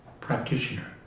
practitioner